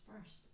first